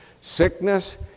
sickness